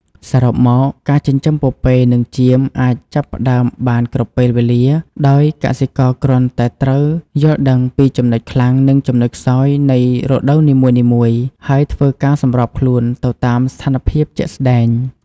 សរុបមក ការចិញ្ចឹមពពែនិងចៀមអាចចាប់ផ្តើមបានគ្រប់ពេលវេលា ដោយកសិករគ្រាន់តែត្រូវយល់ដឹងពីចំណុចខ្លាំងនិងចំណុចខ្សោយនៃរដូវនីមួយៗ ហើយធ្វើការសម្របខ្លួនទៅតាមស្ថានភាពជាក់ស្តែង។